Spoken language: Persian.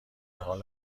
حال